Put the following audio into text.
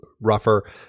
rougher